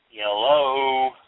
Hello